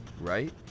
right